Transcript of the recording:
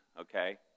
okay